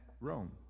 rome